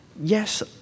yes